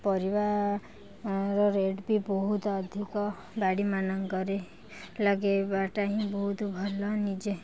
ପରିବା ର ରେଟ୍ ବି ବହୁତ ଅଧିକ ବାଡ଼ି ମାନଙ୍କରେ ଲଗାଇବାଟା ହିଁ ବହୁତ ଭଲ ନିଜେ